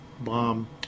bomb